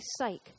sake